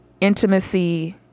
intimacy